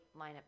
lineup